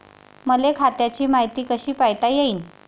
मले खात्याची मायती कशी पायता येईन?